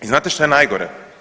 I znate šta je najgore?